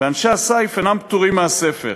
ואנשי הסיף אינם פטורים מהספר.